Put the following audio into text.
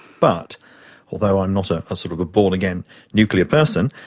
but although i'm not ah a sort of a born-again nuclear person,